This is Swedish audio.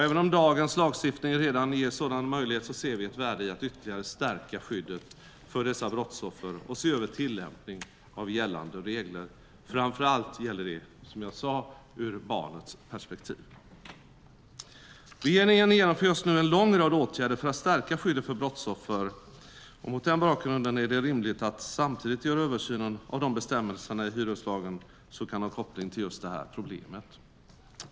Även om dagens lagstiftning redan ger sådana möjligheter ser vi ett värde i att ytterligare stärka skyddet för dessa brottsoffer och se över tillämpningen av gällande regler. Framför allt gäller det som jag sade ur barnets perspektiv. Regeringen genomför just nu en lång rad åtgärder för att stärka skyddet för brottsoffer. Mot den bakgrunden är det rimligt att samtidigt göra översynen av de bestämmelser i hyreslagen som kan ha koppling till just det här problemet.